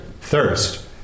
thirst